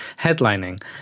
headlining